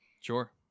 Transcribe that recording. Sure